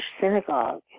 synagogue